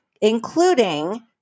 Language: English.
including